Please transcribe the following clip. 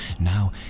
Now